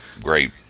great